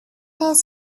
his